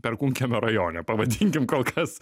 perkūnkiemio rajone pavadinkim kol kas